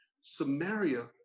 Samaria